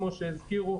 כמו שהזכירו,